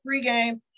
Pregame